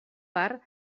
part